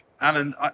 Alan